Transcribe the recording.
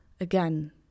again